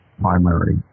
primary